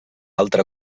altre